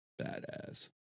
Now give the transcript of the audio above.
badass